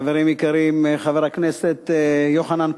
חברים יקרים, חבר הכנסת יוחנן פלסנר,